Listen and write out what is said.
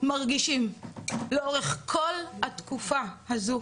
מרגישים לאורך כל התקופה הזו